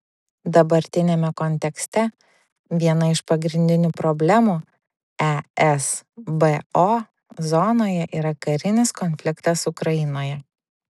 dabartiniame kontekste viena iš pagrindinių problemų esbo zonoje yra karinis konfliktas ukrainoje